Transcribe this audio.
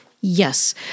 Yes